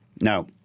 Now